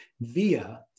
via